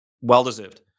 well-deserved